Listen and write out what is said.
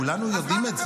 כולנו יודעים את זה,